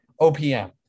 OPM